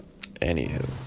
Anywho